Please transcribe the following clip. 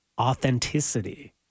authenticity